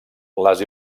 les